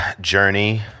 journey